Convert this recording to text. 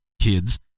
kids